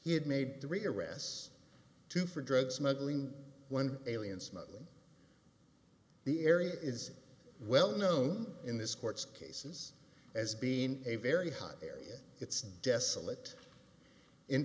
he had made three arrests two for drug smuggling one alien smuggling the area is well known in this court's cases as being in a very hot area it's desolate in